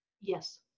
Yes